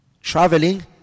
Traveling